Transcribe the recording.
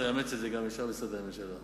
הדתית מביצוע תקציבה הרגיל הכולל של הרשות